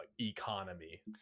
economy